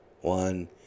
one